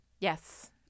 Yes